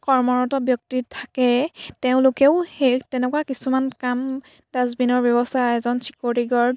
কৰ্মৰত ব্যক্তি থাকে তেওঁলোকেও সেই তেনেকুৱা কিছুমান কাম ডাষ্টবিনৰ ব্যৱস্থা এজন ছিকৰটি গাৰ্ড